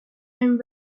and